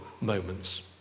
moments